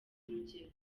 urugero